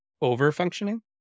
Over-functioning